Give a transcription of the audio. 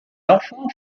enfants